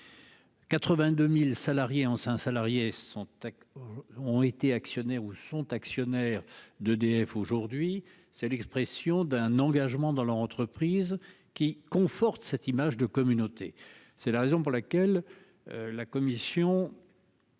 82.000 salariés en 5 salariés sont Tech ont été actionnaire où sont actionnaires d'EDF. Aujourd'hui c'est l'expression d'un engagement dans leur entreprise qui confortent cette image de communauté, c'est la raison pour laquelle. La Commission.